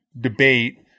debate